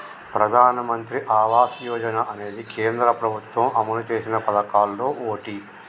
ప్రధానమంత్రి ఆవాస యోజన అనేది కేంద్ర ప్రభుత్వం అమలు చేసిన పదకాల్లో ఓటి